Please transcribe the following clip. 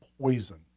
poison